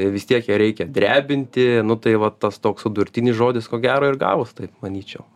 vis tiek ją reikia drebinti nu tai va tas toks sudurtinis žodis ko gero ir gavos taip manyčiau